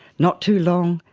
not too long,